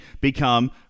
become